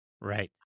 Right